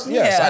Yes